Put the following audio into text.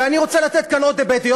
ואני רוצה לתת כאן עוד היבט,